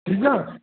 ॾिसां